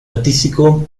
artístico